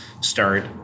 start